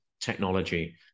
technology